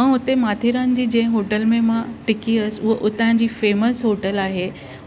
ऐं हुते माथेरान जे जंहिं होटल में मां टिकी हुअसि ऐं उतां जी फ़ेमस होटल आहे